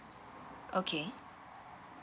okay